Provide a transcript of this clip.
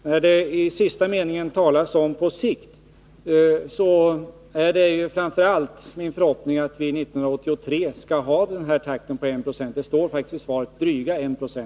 När det i sista meningen i svaret talas om ”på sikt”, så är det framför allt min förhoppning att vi 1983 skall ha ökningstakten 1 20. Det står faktiskt också i svaret ”drygt 1 9”.